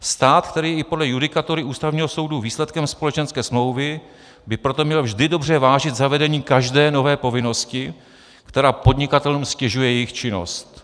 Stát, který je i podle judikatury Ústavního soudu výsledkem společenské smlouvy, by proto měl vždy dobře vážit zavedení každé nové povinnosti, která podnikatelům ztěžuje jejich činnost.